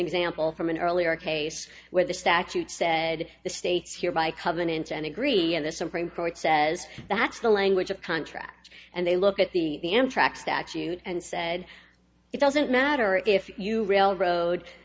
example from an earlier case where the statute said the states here by covenant and agree and the supreme court says that's the language of contract and they look at the the amtrak statute and said it doesn't matter if you railroad